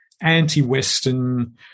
anti-Western